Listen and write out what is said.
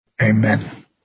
Amen